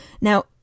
Now